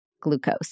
glucose